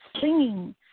singing